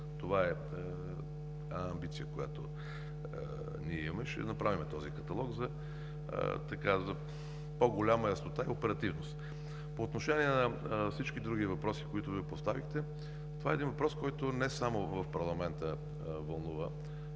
една амбиция, която ние имаме. Ще направим този каталог за по-голяма яснота и оперативност. По отношение на всички други въпроси, които Вие поставихте, това е един въпрос, който вълнува не само парламента.